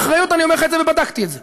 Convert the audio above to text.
באחריות אני אומר לך את זה, ובדקתי את זה.